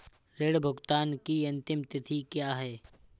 ऋण भुगतान की अंतिम तिथि क्या है?